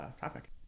topic